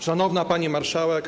Szanowna Pani Marszałek!